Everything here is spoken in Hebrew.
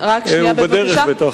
הוא בטח בדרך.